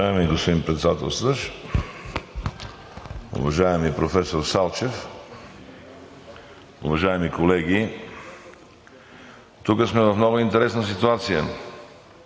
Уважаеми господин Председателстващ, уважаеми професор Салчев, уважаеми колеги! Тук сме в много интересна ситуация.